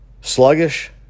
Sluggish